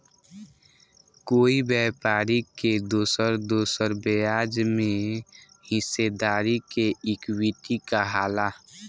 कोई व्यापारी के दोसर दोसर ब्याज में हिस्सेदारी के इक्विटी कहाला